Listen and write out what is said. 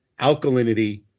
alkalinity